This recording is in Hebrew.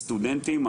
לסטודנטים.